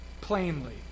Plainly